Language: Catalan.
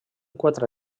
quatre